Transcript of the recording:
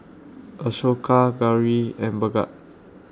Ashoka Gauri and Bhagat